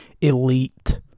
Elite